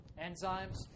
Enzymes